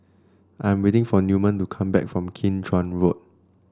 I am waiting for Newman to come back from Kim Chuan Road